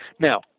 Now